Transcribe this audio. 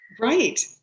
Right